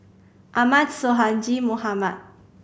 Ahmad Sonhadji Mohamad